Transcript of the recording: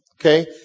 Okay